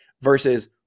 versus